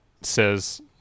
says